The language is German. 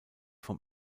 vom